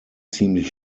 ziemlich